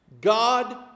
God